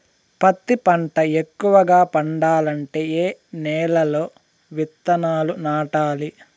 పత్తి పంట ఎక్కువగా పండాలంటే ఏ నెల లో విత్తనాలు నాటాలి?